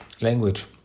language